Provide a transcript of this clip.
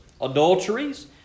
adulteries